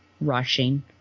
rushing